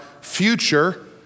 future